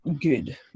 good